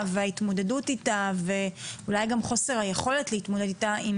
וההתמודדות איתה ואולי גם חוסר היכולת להתמודד איתה,